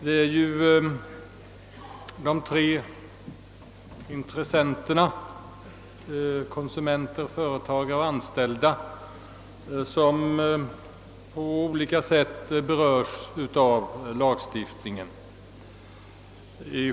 Det är ju tre intressenter, konsumenter, företag och anställda, som på olika sätt berörs av lagstiftningen.